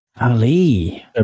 Ali